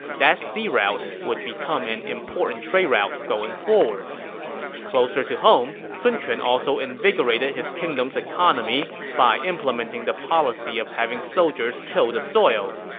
that sea route would become an important trade route going forward closer to home, sun quan also invigorated his kingdom's economy by implementing the policy of having soldiers till the soil.